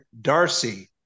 Darcy